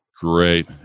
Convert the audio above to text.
Great